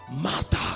matter